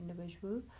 individual